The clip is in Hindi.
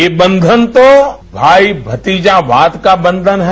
ये बंधन तो भाई भतीजावाद का बंधन है